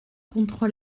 contre